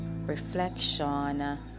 reflection